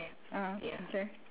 ah okay